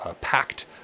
pact